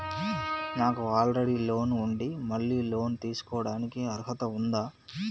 నాకు already loan ఉండి మళ్ళీ లోన్ తీసుకోవడానికి అర్హత ఉందా?